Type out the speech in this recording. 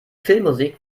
filmmusik